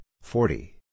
forty